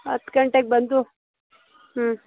ಹತ್ತು ಗಂಟೆಗೆ ಬಂದು ಹ್ಞೂ